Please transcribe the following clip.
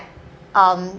um